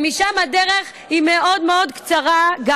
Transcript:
ומשם הדרך גם לפרסום מאוד מאוד קצרה.